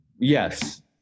Yes